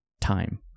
time